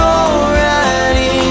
already